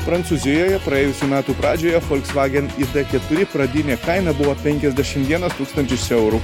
prancūzijoje praėjusių metų pradžioje folksvagen i d keturi pradinė kaina buvo penkiasdešimt vienas tūkstančius eurų